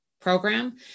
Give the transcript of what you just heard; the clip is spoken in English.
program